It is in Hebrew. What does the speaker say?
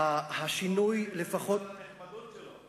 שהשינוי, זה בגלל הנחמדות שלו.